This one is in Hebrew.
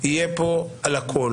יהיה פה על הכל,